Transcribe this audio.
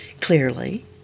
clearly